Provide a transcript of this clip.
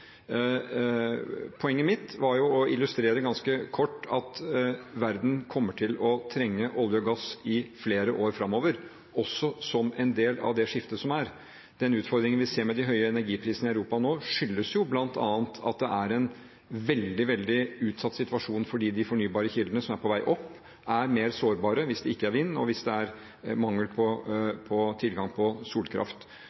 Poenget mitt var å illustrere ganske kort at verden kommer til å trenge olje og gass i flere år framover, også som en del av det skiftet som er. Den utfordringen vi ser med de høye energiprisene i Europa nå, skyldes bl.a. at det er en veldig, veldig utsatt situasjon fordi de fornybare kildene som er på vei opp, er mer sårbare hvis det ikke er vind, og hvis det er mangel på